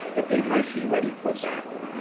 that they might be ready for battle,